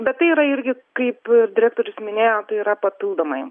bet tai yra irgi kaip direktorius minėjo tai yra papildomai